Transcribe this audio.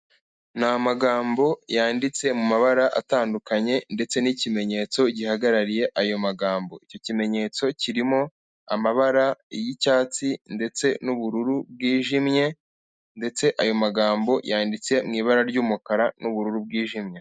Ni amagambo yanditse mu mabara atandukanye ndetse n'ikimenyetso gihagarariye ayo magambo. Icyo kimenyetso kirimo amabara y'icyatsi ndetse n'ubururu bwijimye ndetse ayo magambo yanditse mu ibara ry'umukara n'ubururu bwijimye.